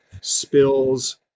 spills